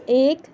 ایک